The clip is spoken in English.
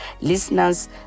listeners